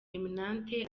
eminante